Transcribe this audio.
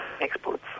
exports